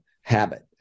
habit